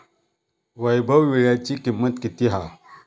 वैभव वीळ्याची किंमत किती हा?